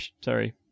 sorry